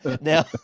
now